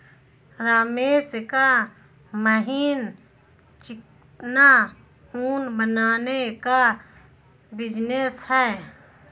रमेश का महीन चिकना ऊन बनाने का बिजनेस है